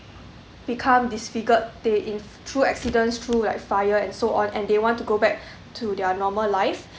become disfigured they in through accidents through like fire and so on and they want to go back to their normal life